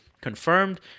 confirmed